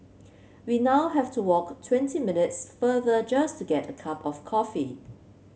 we now have to walk twenty minutes farther just to get a cup of coffee